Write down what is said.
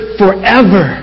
forever